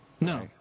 No